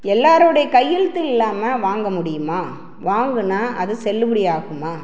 எல்லோருடைய கையெழுத்தும் இல்லாமல் வாங்க முடியுமா வாங்கினா அது செல்லுபடி ஆகுமா